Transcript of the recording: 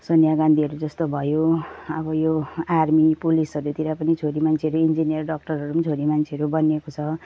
सोनिया गान्धीहरू जस्तो भयो अब यो आर्मी पुलिसहरूतिर पनि छोरी मान्छेहरू इन्जिनियर डक्टरहरू पनि छोरी मान्छेहरू बनिएको छ